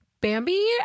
bambi